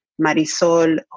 Marisol